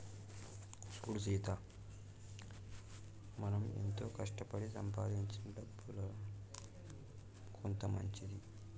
సూడు సీత మనం ఎంతో కష్టపడి సంపాదించిన డబ్బులో కొంత మంచిది